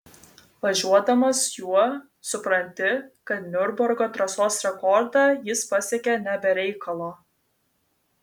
važiuodamas juo supranti kad niurburgo trasos rekordą jis pasiekė ne be reikalo